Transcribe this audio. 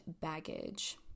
baggage